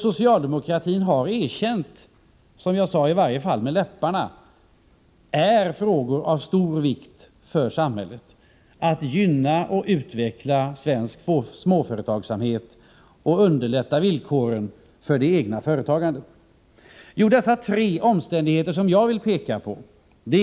Socialdemokraterna har ju erkänt — i alla fall med läpparna, som jag sade tidigare — att det är frågor av stor vikt för samhället, dvs. gynnande och utvecklande av svensk småföretagsamhet och underlättande av eget företagande. De tre omständigheter som jag vill peka på är följande.